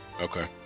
Okay